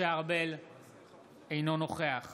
אינו נוכח